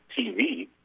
TV